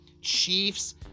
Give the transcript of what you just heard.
Chiefs